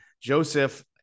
Joseph